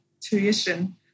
tuition